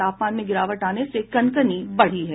तापमान में गिरावट आने से कनकनी बढ़ी है